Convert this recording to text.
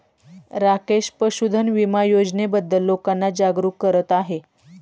राकेश पशुधन विमा योजनेबद्दल लोकांना जागरूक करत आहे